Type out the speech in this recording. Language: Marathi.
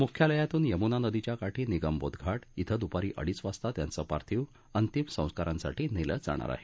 मुख्यालयातून यमुना नदीच्या काठी निगमबोध घाट बें दुपारी अडीच वाजता त्यांचं पार्थिव अंतिम संस्कारांसाठी नेलं जाणार आहे